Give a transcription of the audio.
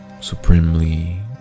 supremely